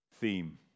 theme